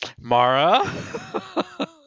mara